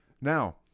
Now